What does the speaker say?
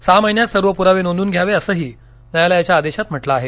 सहा महिन्यात सर्व प्रावे नोंदवून घ्यावे असंही न्यायालयाच्या आदेशात म्हटलं आहे